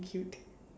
cute